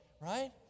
right